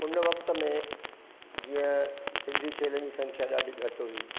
हुन वक़्त में जीअं सिंधी खेलनि जी संख्या ॾाढी घटि हुई